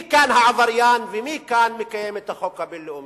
מי כאן העבריין ומי כאן מקיים את החוק הבין-לאומי?